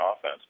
offense